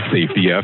Safety